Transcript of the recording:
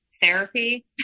Therapy